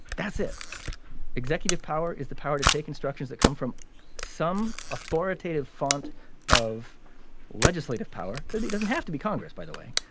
that's it executive power is the power to take instructions that come from some authoritative font of legislative power. he doesn't have to be congress by the way.